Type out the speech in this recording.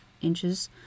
inches